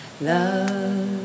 love